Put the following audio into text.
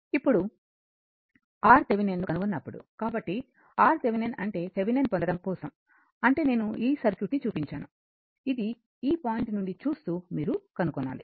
ఇప్పుడు RThevenin ను కనుగొన్నప్పుడు కాబట్టి RThevenin అంటే థెవెనిన్ పొందడం కోసం అంటే నేను మీకు సర్క్యూట్ ని చూపించాను ఇది ఈ పాయింట్ నుండి చూస్తూ మీరు కనుగొనాలి